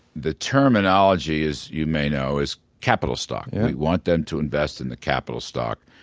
the terminology, as you may know, is capital stock, yeah we want them to invest in the capital stock,